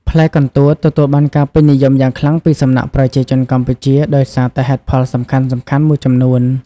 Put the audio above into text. ផ្លែកន្ទួតទទួលបានការពេញនិយមយ៉ាងខ្លាំងពីសំណាក់ប្រជាជនកម្ពុជាដោយសារតែហេតុផលសំខាន់ៗមួយចំនួន។